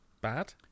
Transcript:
bad